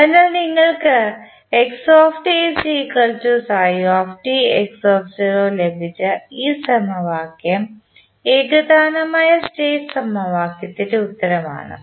അതിനാൽ നിങ്ങൾക്ക് ലഭിച്ച ഈ സമവാക്യം ഏകതാനമായ സ്റ്റേറ്റ് സമവാക്യത്തിൻറെ ഉത്തരം ആണ്